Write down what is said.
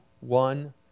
one